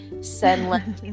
send